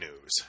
news